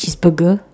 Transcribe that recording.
cheeseburger